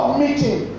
meeting